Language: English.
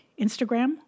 Instagram